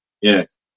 Yes